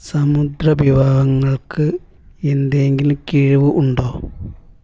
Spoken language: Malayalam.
സമുദ്രവിഭവങ്ങൾക്ക് എന്തെങ്കിലും കിഴിവ് ഉണ്ടോ